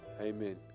amen